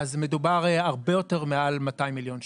אז מדובר בהרבה יותר מעל 200 מיליון שקל.